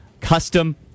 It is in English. Custom